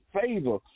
favor